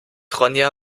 ronja